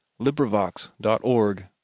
LibriVox.org